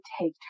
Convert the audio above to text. take